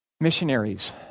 Missionaries